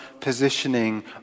positioning